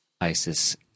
ISIS